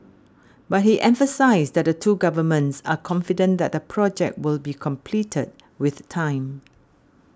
but he emphasised that the two governments are confident that the project will be completed with time